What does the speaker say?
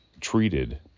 treated